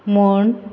म्हण